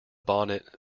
bonnet